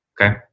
Okay